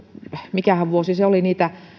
mikähän vuosi se oli vuoden